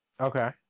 Okay